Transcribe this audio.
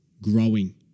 growing